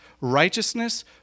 righteousness